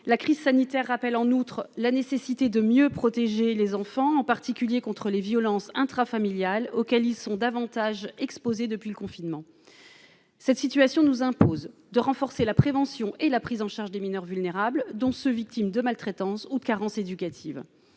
la crise sanitaire rappelle en outre la nécessité de mieux protéger les enfants en particulier contre les violences intrafamiliales auxquels ils sont davantage exposées depuis le confinement cette situation nous impose de renforcer la prévention et la prise en charge des mineurs vulnérables dont ceux victimes de maltraitance ou de carences éducatives,